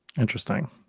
Interesting